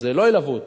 אז לא ילוו אותו,